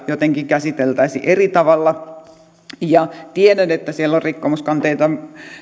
jotenkin käsiteltäisiin eri tavalla tiedän että siellä on rikkomuskanteita